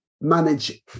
manage